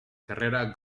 carrera